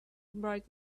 bright